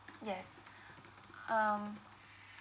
yes um